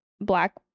black